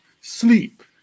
sleep